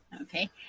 Okay